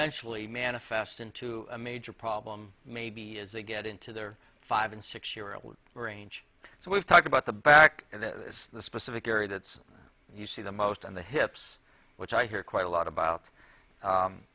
vengefully manifest into a major problem maybe as they get into their five and six year old range so we've talked about the back and the specific area that's you see the most on the hips which i hear quite a lot about